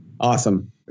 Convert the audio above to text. Awesome